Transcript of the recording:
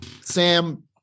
sam